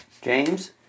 James